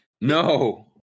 No